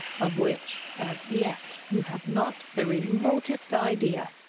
of which as yet you have not the remotest idea.